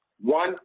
one